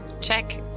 check